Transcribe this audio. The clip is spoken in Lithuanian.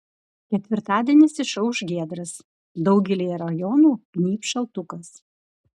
ketvirtadienis išauš giedras daugelyje rajonų gnybs šaltukas